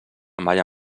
malla